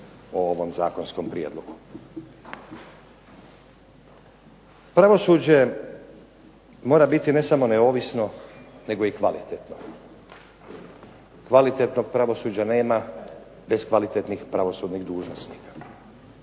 o ovom zakonskom prijedlogu. Pravosuđe mora biti ne samo neovisno nego i kvalitetno. Kvalitetnog pravosuđa nema bez kvalitetnih pravosudnih dužnosnika.